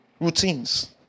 Routines